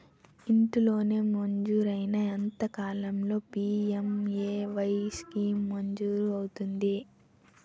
ఇంటి లోన్ మంజూరైన ఎంత కాలంలో పి.ఎం.ఎ.వై స్కీమ్ మంజూరు అవుతుంది?